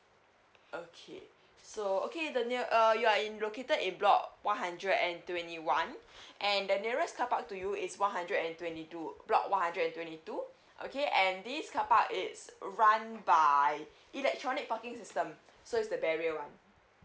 okay so okay the near uh you're in located in block one hundred and twenty one and the nearest carpark to you is one hundred and twenty two block one hundred and twenty two okay and this carpark is run by electronic parking system so it's the barrier one